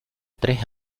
tres